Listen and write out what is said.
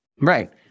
right